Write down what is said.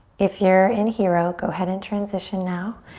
if you're in hero, go ahead and transition now.